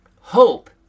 hope